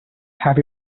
have